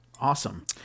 Awesome